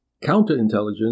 counterintelligence